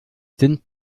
sind